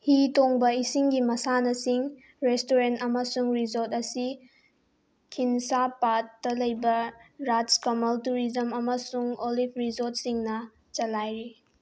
ꯍꯤ ꯇꯣꯡꯕ ꯏꯁꯤꯡꯒꯤ ꯃꯁꯥꯟꯅꯁꯤꯡ ꯔꯦꯁꯇꯨꯔꯦꯜ ꯑꯃꯁꯨꯡ ꯔꯤꯁꯣꯔꯠ ꯑꯁꯤ ꯈꯤꯟꯁꯥ ꯄꯥꯠꯇ ꯂꯩꯕ ꯔꯥꯖ ꯀꯃꯜ ꯇꯨꯔꯤꯖꯝ ꯑꯃꯁꯨꯡ ꯑꯣꯂꯤꯞ ꯔꯤꯁꯣꯔꯠꯁꯤꯡꯅ ꯆꯂꯥꯏꯔꯤ